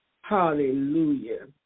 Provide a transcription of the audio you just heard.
Hallelujah